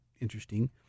interesting